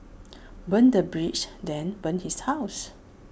burn the bridge then burn his house